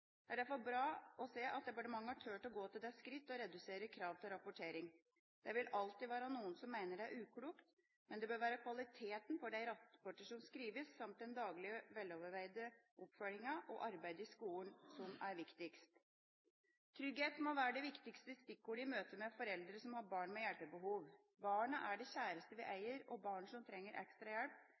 Det er derfor bra å se at departementet har turt å gå til det skritt å redusere krav til rapportering. Det vil alltid være noen som mener det er uklokt, men det bør være kvaliteten på de rapporter som skrives, samt den daglige, veloverveide oppfølgingen og arbeidet i skolen som er viktigst. Trygghet må være det viktigste stikkordet i møte med foreldre som har barn med hjelpebehov. Barna er det kjæreste vi eier, og barn som trenger ekstra hjelp,